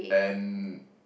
and